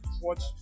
watch